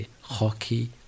hockey